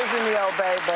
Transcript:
the obey. but.